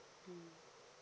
mmhmm